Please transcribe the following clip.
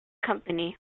company